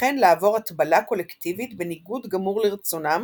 וכן לעבור הטבלה קולקטיבית בניגוד גמור לרצונם